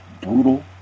brutal